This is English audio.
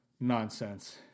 nonsense